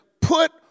Put